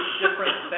different